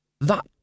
That